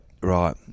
Right